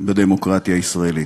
בדמוקרטיה הישראלית.